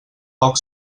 poc